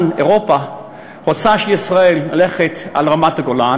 אירופה רוצה שישראל תלך על רמת-הגולן,